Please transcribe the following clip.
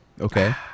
Okay